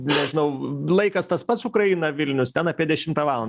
nežinau laikas tas pats ukraina vilnius ten apie dešimtą valandą